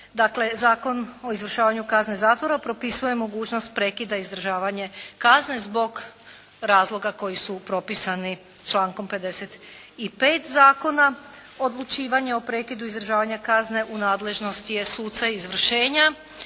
Dakle Zakon o izvršavanju kazne zatvora propisuje mogućnost prekida izdržavanja kazne zbog razloga koji su propisani člankom 55. Zakona. Odlučivanje o prekidu izvršavanja kazne u nadležnosti je suca izvršenja